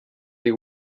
they